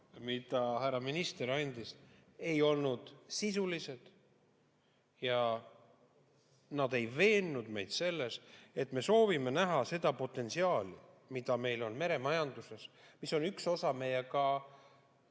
mida härra minister andis, ei olnud sisulised ja nad ei veennud meid selles, et me soovime näha seda potentsiaali, mis meil on meremajanduses, mis on üks osa meie